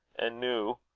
an' noo,